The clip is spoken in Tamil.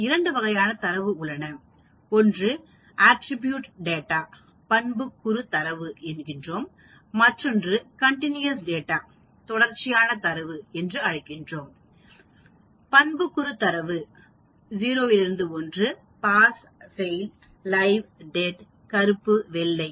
2 வகையான தரவு உள்ளன ஒன்று பண்புக்கூறு தரவு மற்றொன்று தொடர்ச்சியான தரவு மாறி என்று அழைக்கப்படுகிறது பண்புக்கூறு தரவு 0 1 பாஸ் ஃபெயில் லைவ் டெட்கருப்பு வெள்ளை